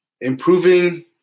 improving